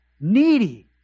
needy